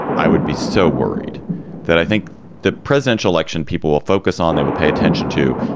i would be so worried that i think the presidential election people will focus on, they will pay attention to.